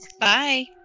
Bye